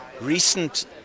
recent